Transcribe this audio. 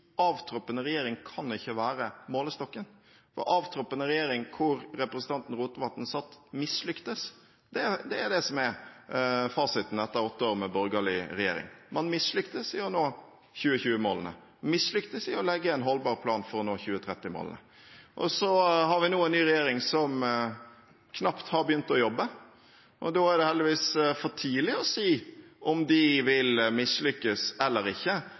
avtroppende regjering kan ikke være målestokken. Avtroppende regjering, hvor representanten Rotevatn satt, mislyktes. Det er det som er fasiten etter åtte år med borgerlig regjering. Man mislyktes i å nå 2020-målene, mislyktes i å legge en holdbar plan for å nå 2030-målene. Nå har vi en ny regjering som knapt har begynt å jobbe. Da er det heldigvis for tidlig å si om de vil mislykkes eller ikke,